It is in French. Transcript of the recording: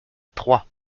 troyes